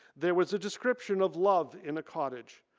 there was a description of love in a cottage.